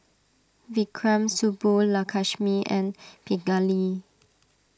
Vikram Subbulakshmi and Pingali